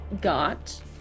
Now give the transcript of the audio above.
got